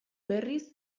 berriz